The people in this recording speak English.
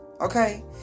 Okay